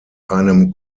einem